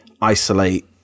isolate